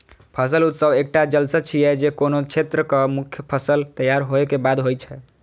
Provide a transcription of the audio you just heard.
फसल उत्सव एकटा जलसा छियै, जे कोनो क्षेत्रक मुख्य फसल तैयार होय के बाद होइ छै